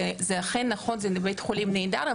וזה אכן נכון זה בית חולים נהדר.